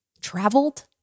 traveled